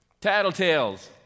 Tattletales